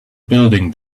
building